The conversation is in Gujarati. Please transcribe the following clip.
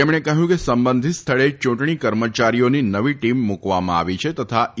તેમણે કહ્યું કે સંબંધીત સ્થળે ચૂંટણી કર્મચારીઓની નવી ટીમ મુકવામાં આવી છે તથા ઇ